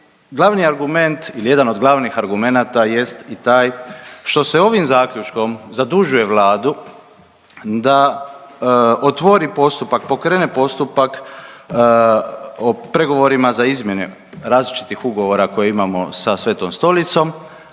glavni argument, jedan od glavnih argumenta jest i taj što se ovim zaključkom zadužuje Vladu da otvori postupak, pokrene postupak o pregovorima za izmjene različitih ugovora koje imamo sa Svetom Stolicom,